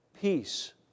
Peace